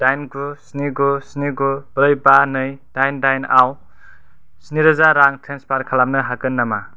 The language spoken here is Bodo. दाइन गु स्नि गु स्नि गु ब्रै बा नै दाइन दाइन आव स्नि रोजा रां ट्रेन्सफार खालामनो हागोन नामा